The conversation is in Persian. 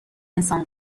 انسان